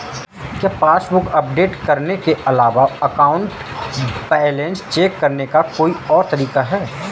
क्या passbook update करने के अलावा अकाउंट बैलेंस चेक करने का कोई और तरीका है?